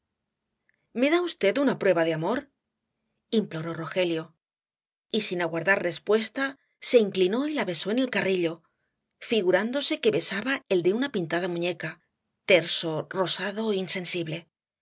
me da v una prueba de amor imploró rogelio y sin aguardar respuesta se inclinó y la besó en el carrillo figurándose que besaba el de una pintada muñeca terso rosado insensible